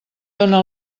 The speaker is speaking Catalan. dóna